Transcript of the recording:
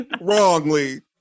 wrongly